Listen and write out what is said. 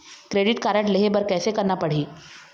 Credit card लेहे बर कैसे करना पड़ही?